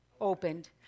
opened